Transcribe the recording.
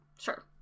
Sure